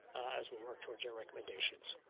as we work towards our recommendations.